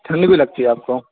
ٹھنڈ بھی لگتی ہے آپ کو